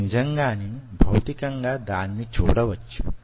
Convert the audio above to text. మీరు నిజంగానే భౌతికంగా దాన్ని చూడవచ్చు